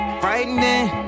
frightening